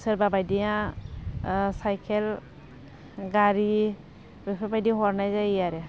सोरबा बायदिया साइखेल गारि बेफोरबायदि हरनाय जायो आरो